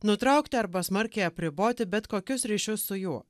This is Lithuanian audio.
nutraukti arba smarkiai apriboti bet kokius ryšius su juo